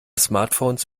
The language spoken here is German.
smartphones